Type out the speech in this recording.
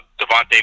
Devontae